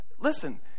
Listen